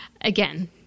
again